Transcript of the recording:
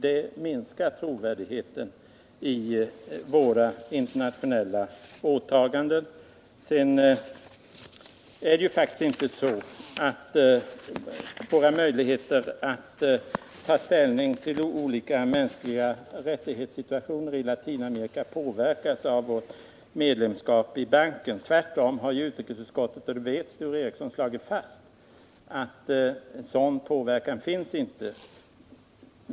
Det skulle minska trovärdigheten i våra internationella åtaganden. Vidare är det faktiskt inte så att våra möjligheter att ta ställning till olika situationer av förtryck av de mänskliga rättigheterna påverkas av vårt medlemskap i banken. Utrikesutskottet har ju tvärtom slagit fast — och det vet Sture Ericson — att någon sådan påverkan inte finns.